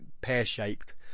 pear-shaped